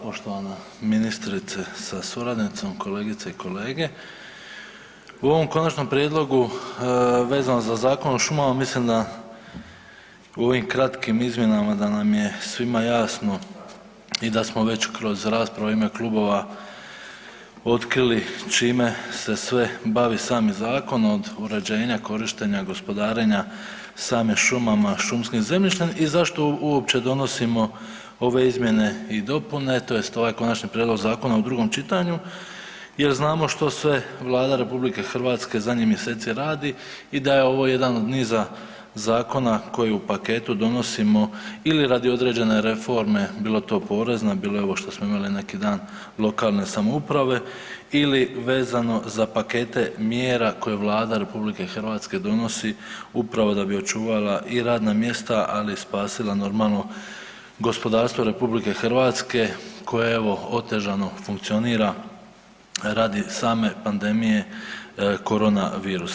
Poštovana ministrice sa suradnicom, kolegice i kolege, u ovom konačnom prijedlogu vezano za Zakon o šumama mislim da u ovim kratkim izmjenama da nam je svima jasno i da smo već kroz raspravu u ime klubova otkrili čime se sve bavi sami zakon od uređenja, korištenja, gospodarenja samim šumama, šumskim zemljištem i zašto uopće donosimo ove izmjene i dopune tj. ovaj konačni prijedlog zakona u drugom čitanju jer znamo što sve Vlada RH zadnjih mjeseci radi i da je ovo jedan od niza zakona koji u paketu donosimo ili radi određene reforme bilo to porezna bilo ovo što smo imali neki dan lokalne samouprave ili vezano za pakete mjera koje Vlada RH donosi upravo da bi očuvala i radna mjesta, ali i spasila normalno gospodarstvo RH koje evo otežano funkcionira radi same pandemije korona virusa.